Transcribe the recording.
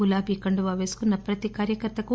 గులాబీ కండువా పేసుకున్న ప్రతి కార్యకర్తకు